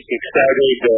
excited